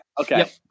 Okay